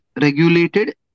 regulated